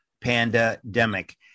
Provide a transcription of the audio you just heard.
Pandemic